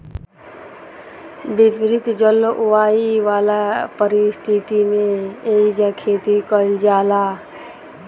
विपरित जलवायु वाला परिस्थिति में एइजा खेती कईल जाला